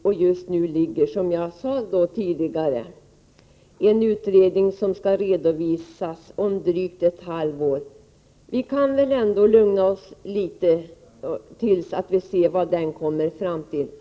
Dessutom pågår just nu, som jag sade i mitt första anförande, en utredning som skall redovisas om drygt ett halvår. Vi kan väl ändå lugna oss tills vi ser vad den kommer fram till.